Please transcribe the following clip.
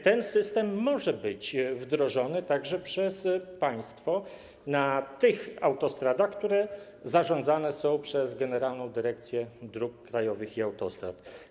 Ten system może być wdrożony także przez państwo na tych autostradach, które są zarządzane przez Generalną Dyrekcję Dróg Krajowych i Autostrad.